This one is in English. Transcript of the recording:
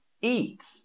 eat